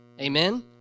Amen